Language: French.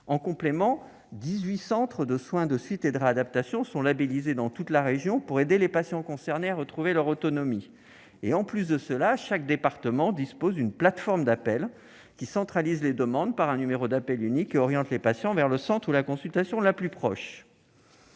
En complément, dix-huit centres de soins de suite et réadaptation sont désormais labellisés dans toute la région, pour aider les patients concernés à retrouver leur autonomie. En outre, chaque département dispose d'une plateforme d'appel, qui centralise les demandes par un numéro d'appel unique orientant les patients vers le centre ou la consultation la plus proche.